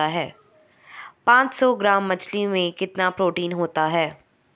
पांच सौ ग्राम मछली में कितना प्रोटीन होता है?